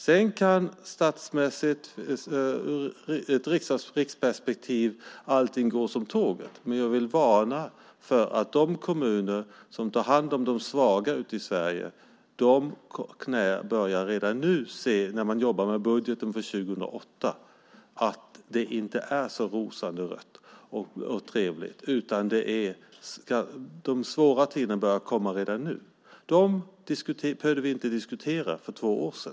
Sedan kan allting ur ett riksperspektiv gå som tåget. Men jag vill varna för att de kommuner som tar hand om de svaga ute i Sverige redan nu börjar se, när de jobbar med budgeten för 2008, att det inte är så rosenrött och trevligt. Den svåra tiden börjar komma redan nu. Detta behövde vi inte diskutera för två år sedan.